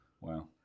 Wow